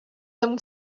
than